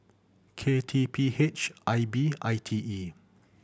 K T P H I B I T E